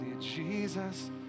Jesus